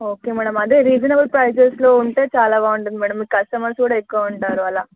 okay madam అదే reasonable ప్రైజెస్లో ఉంటే చాల బాగుటుంది మ్యాడమ్ కస్టమర్స్ కూడా ఎక్కువ ఉంటారు అలా